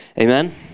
Amen